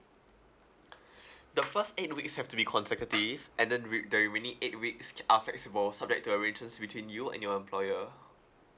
the first eight weeks have to be consecutive and then re~ the remaining eight weeks c~ are flexible subject to arrangements between you and your employer